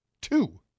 Two